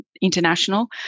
international